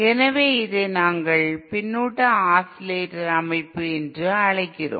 எனவே இதை நாங்கள் பின்னூட்ட ஆஸிலேட்டர் அமைப்பு என்று அழைக்கிறோம்